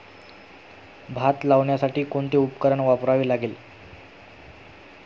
भात लावण्यासाठी कोणते उपकरण वापरावे लागेल?